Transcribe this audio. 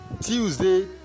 Tuesday